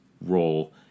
role